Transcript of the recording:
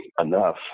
enough